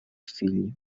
figli